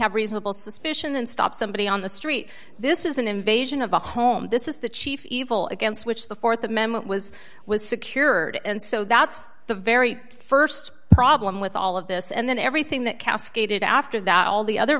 have reasonable suspicion and stop somebody on the street this is an invasion of the home this is the chief evil against which the th amendment was was secured and so that's the very st problem with all of this and then everything that cascaded after that all the other